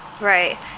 Right